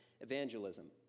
evangelism